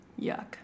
Yuck